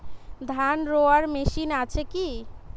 ধান রোয়ার মেশিন আছে কি?